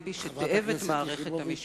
ביבי שתיעב את מערכת המשפט.